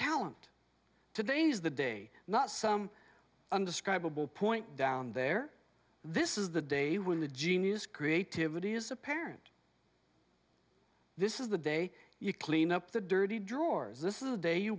talent today's the day not some undescribable point down there this is the day when the genius creativity is apparent this is the day you clean up the dirty drawers this is the day you